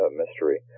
mystery